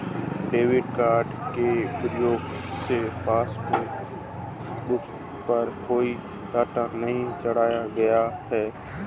debit card के प्रयोग से पासबुक पर कोई डाटा नहीं चढ़ाया गया है